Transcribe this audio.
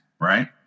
right